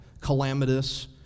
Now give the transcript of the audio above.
calamitous